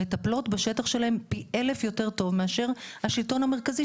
מטפלות בשטח שלהן פי אלף יותר טוב מאשר השלטון המרכזי,